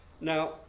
Now